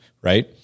Right